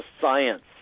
science